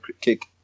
kick